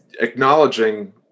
acknowledging